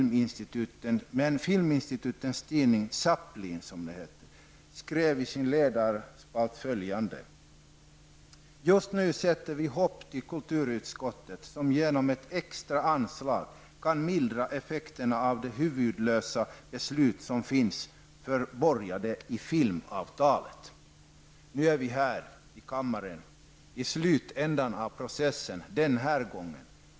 Men Filminstitutets tidning Chaplin skrev följande i sin ledarspalt: ''Just nu sätter vi hopp till kulturutskottet som genom ett extra anslag kan mildra effekterna av de huvudlösa beslut som finns förborgade i filmavtalet.'' Nu är vi här i kammaren i slutändan av processen -- för den här gången.